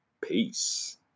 Peace